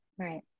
Right